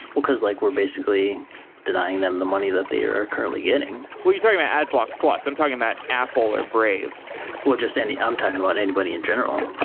well cause like we're basically denying them the money that they are currently getting we'll, you're talking about adblock plus. i'm talking about apple or brave well just any. i'm talking about anybody in general.